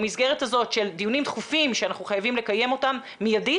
במסגרת הזאת של דיונים דחופים שאנחנו חייבים לקיים אותם מיידית